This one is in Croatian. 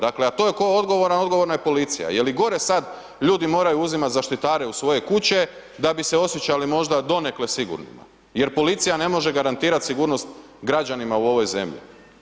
Dakle, a to je tko odgovoran, odgovorna je policija jer i gore sad ljudi moraju uzimat zaštitare u svoje kuće da bi se osjećali možda donekle sigurnima jer policija ne može garantirat sigurnost građanima u ovoj zemlji.